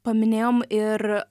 paminėjom ir